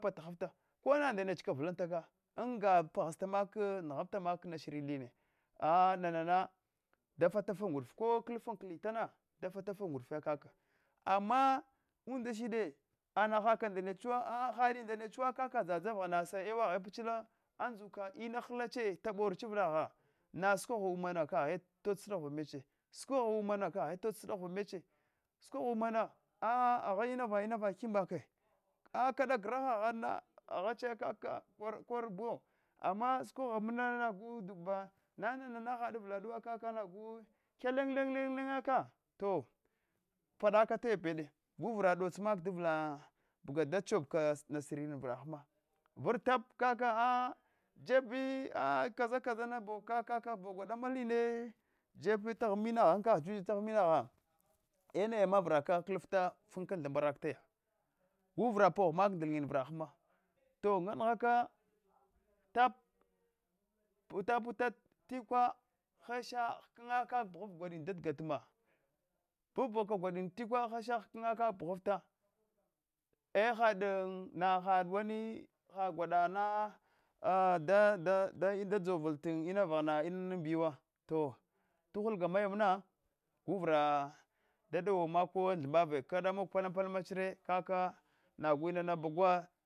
Pata ghavfta kona ndanechka vlantaka anga paghavsate mak ngh afta mak nghaffta mak masharidina a nanana da fatafangudufe ko klffin kl tana da fatafa ngu ddufa kaka ama umla shide ama hadi ndachewa kaka dzadza sana vaghana ewa ghe pchla andzuka inahalache tase avlagha na sukogh umana kasha yots sudova meche sukogha umana kagha tots sudova meche sukogha umana a agha ina va kimbake a kada gracgaghaana aghache kaka ko- korbo ama sukoghomana baduba neme had avladunsa kak nagh kyalenlennyaka to padaka taya pede guvraka dots maka davla baga da chepka siri avkghama vr tap kaka a jebi a kaza kaza nabi kakabo bagwa damaline jefi taghan minagha enaya vraka kllafta funka an thanbaraktaya guvra pogh mak ndelnyin vrahana to nan nghaka tap puta puta tukwa hasha hkna kak pughuf gwadin daf gat karma pom paghaka gwandin tikwa hacha hkna kak pghaffa ehadinna had wai heguwadiana adada bada da da dzovl tina vaghana anana bewa to tuaul gamayamama guvia dadow ko anthambebe kda mog palam palamache kaka nagh inana bagwa